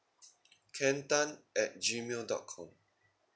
ken tan at Gmail dot com